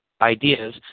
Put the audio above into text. ideas